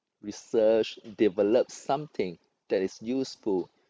research develop something that is useful